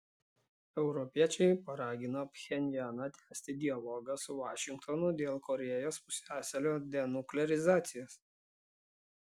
europiečiai paragino pchenjaną tęsti dialogą su vašingtonu dėl korėjos pusiasalio denuklearizacijos